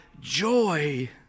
joy